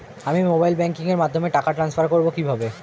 আমি mobile banking এর মাধ্যমে টাকা টান্সফার করব কিভাবে?